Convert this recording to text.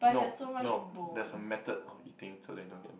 no no there's a method of eating so that you don't get